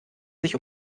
sich